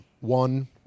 One